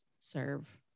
serve